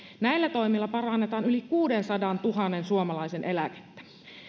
näillä toimilla parannetaan yli kuudensadantuhannen suomalaisen eläkettä